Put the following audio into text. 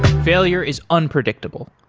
failure is unpredictable.